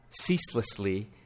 ceaselessly